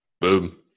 Boom